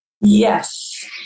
Yes